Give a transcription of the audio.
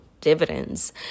dividends